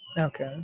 okay